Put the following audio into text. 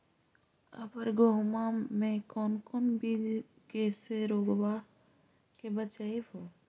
अबर गेहुमा मे कौन चीज के से रोग्बा के बचयभो?